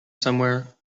somewhere